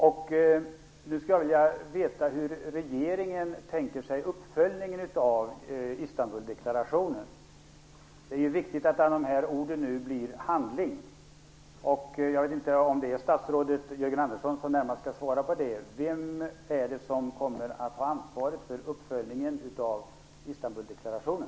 Jag skulle vilja veta hur regeringen tänker sig uppföljningen av Istanbuldeklarationen. Det är viktigt att orden blir handling. Jag vet inte om det är statsrådet Jörgen Andersson som närmast skall svara på det. Vem är det som kommer att ha ansvaret för uppföljningen av Istanbuldeklarationen?